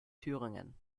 thüringen